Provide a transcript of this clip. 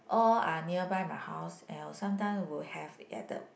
all are nearby my house and sometimes will have at the